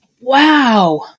Wow